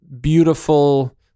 beautiful